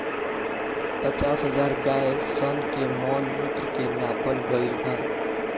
पचास हजार गाय सन के मॉल मूत्र के नापल गईल बा